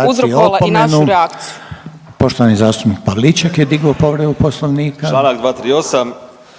je uzrokovala i našu reakciju. **Reiner, Željko (HDZ)** Poštovani zastupnik Pavliček je digao povredu Poslovnika.